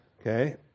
Okay